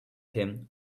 him